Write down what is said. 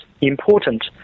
important